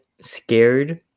scared